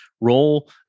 role